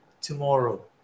tomorrow